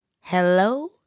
Hello